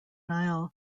niall